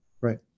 right